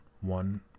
one